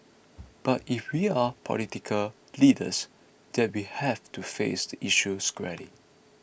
but if we are political leaders then we have to face the issue squarely